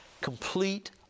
complete